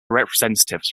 representatives